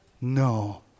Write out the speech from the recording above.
No